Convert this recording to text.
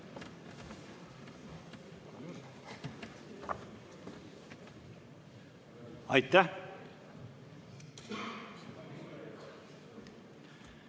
Aitäh!